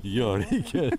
jo reikia